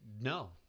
no